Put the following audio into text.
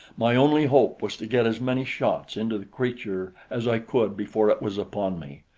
my only hope was to get as many shots into the creature as i could before it was upon me.